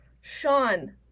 Sean